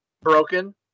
broken